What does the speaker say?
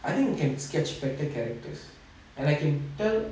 I think I can sketch better characters and I can tell